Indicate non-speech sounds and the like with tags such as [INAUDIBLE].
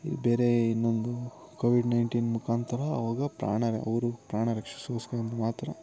ಈ ಬೇರೇ ಇನ್ನೊಂದು ಕೋವಿಡ್ ನೈಂಟೀನ್ ಮುಖಾಂತರ ಅವಾಗ ಪ್ರಾಣವೆ ಅವರು ಪ್ರಾಣ ರಕ್ಷಿಸು [UNINTELLIGIBLE] ಮಾತ್ರ